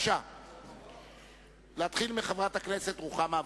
בבקשה להתחיל מחברת הכנסת רוחמה אברהם.